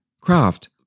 craft